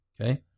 okay